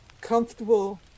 comfortable